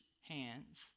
hands